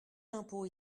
l’impôt